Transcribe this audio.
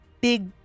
big